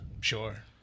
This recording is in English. Sure